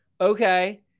Okay